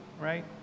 right